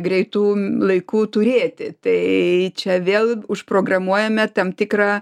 greitu laiku turėti tai čia vėl užprogramuojame tam tikrą